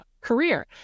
career